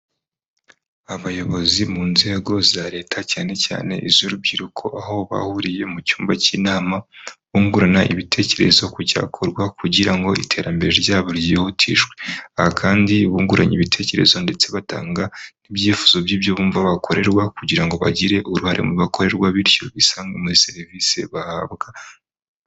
Abayobozi mu nzego za leta cyane cyane iz'urubyiruko, aho bahuriye mu cyumba cy'inama, bungurana ibitekerezo ku cyakorwa kugira ngo iterambere ryabo ryihutishwe. Aha kandi bunguranye ibitekerezo ndetse batanga n'ibyifuzo by'ibyo bumva bakorerwa kugira ngo bagire uruhare mu bakorerwa, bityo bisange muri serivisi bahabwa.